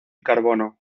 carbono